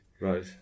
Right